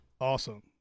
Awesome